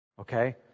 Okay